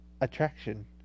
attraction